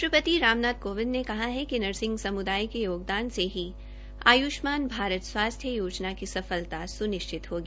राष्ट्रपति रामनाथ कोविंद ने कहा है कि नर्सिंग सम्दाय के योगदान से ही आय्ष्मान भारत स्वास्थ्य योजना की सफलता स्निश्चित होगी